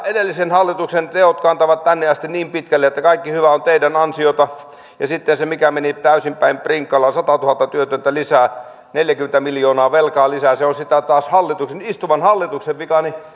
edellisen hallituksen teot kantavat tänne asti niin pitkälle että kaikki hyvä on teidän ansiotanne mutta sitten se mikä meni täysin päin prinkkalaa satatuhatta työtöntä lisää neljäkymmentä miljoonaa velkaa lisää on sitten taas istuvan hallituksen vika niin